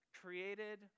created